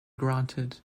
granted